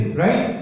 right